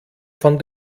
von